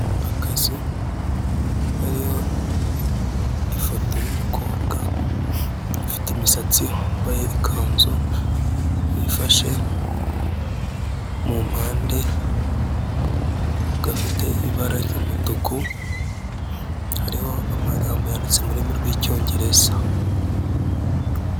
Akazu kariho ifoto y'umukobwa ufite imisatsi wambaye ikanzu wifashe mu mpande, gafite ibara ry'umutuku, hariho amagambo yanditse mu rurimi rw'icyongereza.